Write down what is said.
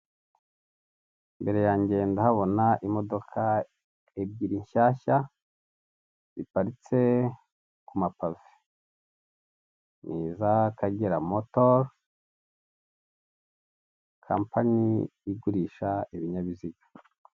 Imbere yange ndahabona imodoka ebyiri nshyashya ziparitse ku mapave ni iz'akagera moto kampani igurisha ibinyabiziga.